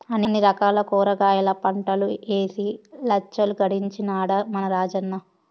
అన్ని రకాల కూరగాయల పంటలూ ఏసి లచ్చలు గడించినాడ మన రాజన్న